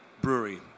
Brewery